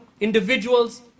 individuals